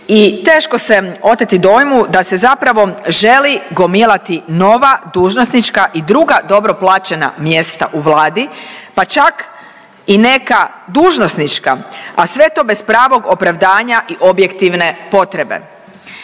i teško se oteti dojmu da se zapravo želi gomilati nova dužnosnička i druga dobro plaćena mjesta u Vladi pa čak i neka dužnosnička, a sve to bez pravog opravdavanja i objektivne potrebe.